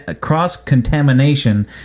cross-contamination